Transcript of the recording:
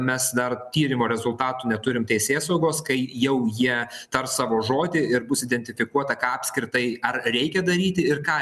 mes dar tyrimo rezultatų neturim teisėsaugos kai jau jie tars savo žodį ir bus identifikuota ką apskritai ar reikia daryti ir ką